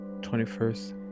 21st